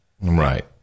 Right